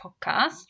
podcast